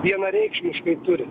vienareikšmiškai turi